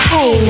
Hey